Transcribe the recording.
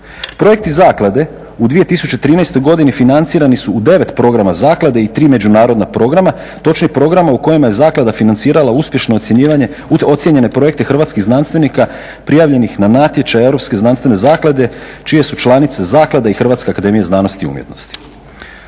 Projekti zaklade u 2013. godini financirani su u 9 programa zaklade i 3 međunarodna programa, točnije programa u kojima je zaklada financirala uspješno ocjenjene projekte hrvatskih znanstvenika prijavljenih na natječaj Europske znanstvene zaklade čije su članice zaklade i Hrvatska akademija znanosti i umjetnosti.